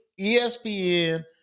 ESPN